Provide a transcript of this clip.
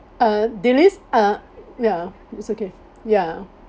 uh uh ya it's okay ya